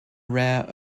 rare